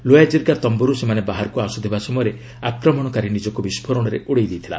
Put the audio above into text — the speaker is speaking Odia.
ଲୋୟା ଜିର୍ଗା ତମ୍ଭର୍ ସେମାନେ ବାହାରକୁ ଆସ୍ବଥିବା ସମୟରେ ଆକ୍ରମଣକାରୀ ନିଜକ୍ ବିସ୍ଫୋରଣରେ ଉଡ଼ାଇ ଦେଇଥିଲା